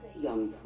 young